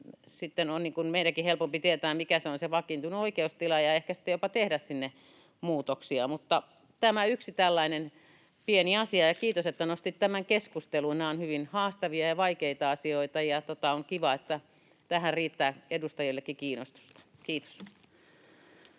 meidänkin on sitten helpompi tietää, mikä on se vakiintunut oikeustila, ja ehkä jopa tehdä sinne muutoksia. Tämä on yksi tällainen pieni asia — kiitos, että nostit tämän keskusteluun. Nämä ovat hyvin haastavia ja vaikeita asioita. On kiva, että tähän riittää edustajillakin kiinnostusta. — Kiitos.